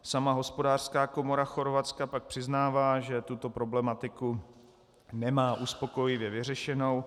Sama hospodářská komora Chorvatska pak přiznává, že tuto problematiku nemá uspokojivě vyřešenou.